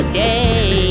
day